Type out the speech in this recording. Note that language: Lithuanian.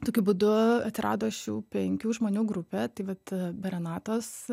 tokiu būdu atsirado šių penkių žmonių grupė taip vat be renatos